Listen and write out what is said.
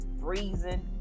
freezing